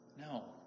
No